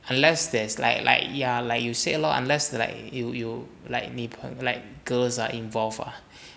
unless there's like like like ya you say lor unless like you you like 女朋 like girls are involved ah